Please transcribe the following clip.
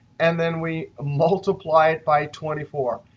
and then we multiply it by twenty four.